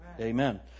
Amen